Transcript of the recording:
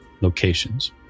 locations